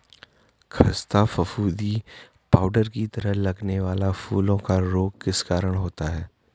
खस्ता फफूंदी पाउडर की तरह लगने वाला फूलों का रोग किस कारण होता है?